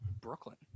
brooklyn